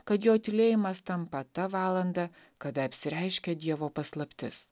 kad jo tylėjimas tampa ta valanda kada apsireiškia dievo paslaptis